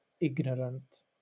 ignorant